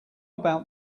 about